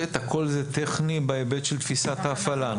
הכול זה טכני בהיבט של תפיסת ההפעלה?